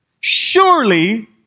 Surely